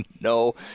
No